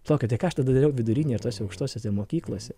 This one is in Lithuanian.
palaukite ką aš tada dariau vidurinėj ir tose aukštosiose mokyklose